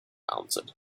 answered